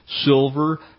silver